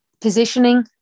Positioning